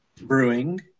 Brewing